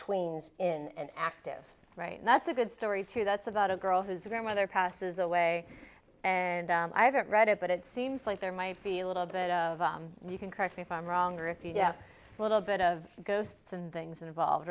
tweens in an active that's a good story too that's about a girl who's a grandmother passes away and i haven't read it but it seems like there might be a little bit of you can correct me if i'm wrong or if you have a little bit of ghosts and things involved